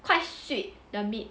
quite sweet the meat